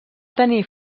tenir